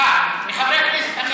אחד מחברי הכנסת,